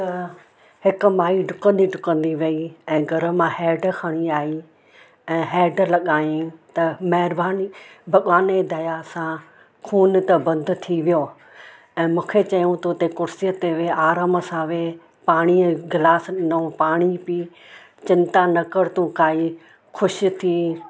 त हिकु माई ॾुकंदी ॾुकंदी वई ऐं घर मां हेड खणी आई ऐं हेड लॻाईं त महिरबानी भॻवान जी दया सां खून त बंदि थी वियो ऐं मूंखे चयूं तूं हुते कुर्सीअ ते वेह आराम सां वेह पाणीअ गिलास ॾिनऊं पाणी पी चिंता न कर तूं काई ख़ुशि थी